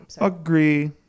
Agree